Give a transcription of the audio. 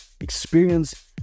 experience